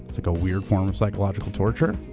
it's like a weird form of psychological torture,